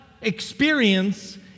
experience